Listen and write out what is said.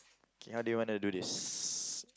okay how do you wanna do this